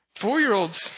Four-year-olds